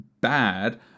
bad